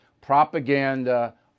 propaganda